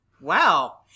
Wow